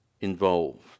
involved